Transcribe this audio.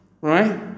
Right